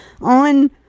on